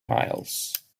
miles